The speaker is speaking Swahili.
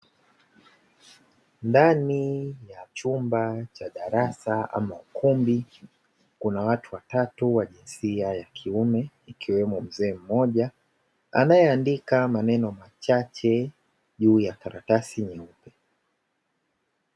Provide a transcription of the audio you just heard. Ndani ya chumba cha darasa ama ukumbi kuna watu watatu wa jinsia ya kiume ikiwemo mzee mmoja anayeandika maneno machache juu ya karatasi nyeupe.